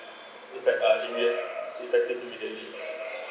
is that I immediate effective immediately